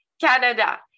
Canada